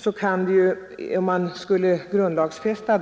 sådana fall skall grundlagsfästas.